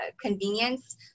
convenience